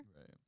Right